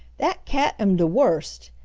dat cat am de worst!